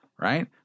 right